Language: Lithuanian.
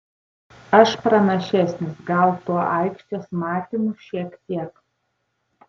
aš pranašesnis gal tuo aikštės matymu šiek tiek